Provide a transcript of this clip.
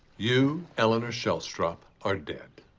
you, eleanor shellstrop, are dead.